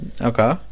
okay